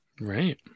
Right